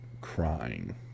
crying